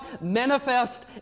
manifest